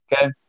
Okay